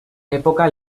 època